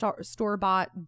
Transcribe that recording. store-bought